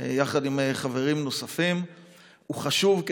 יחד עם חברים נוספים הוא חשוב,